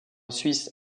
suisse